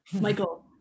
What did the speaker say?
Michael